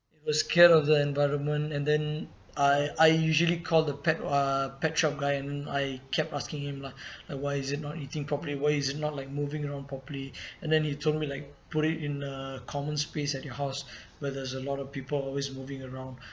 it was scared of the environment and then I I usually call the pet~ uh pet shop guy and I kept asking him lah why is it not eating properly why is it not like moving around properly and then he told me like put it in a common space at your house where there's a lot of people always moving around